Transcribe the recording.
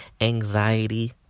anxiety